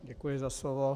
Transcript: Děkuji za slovo.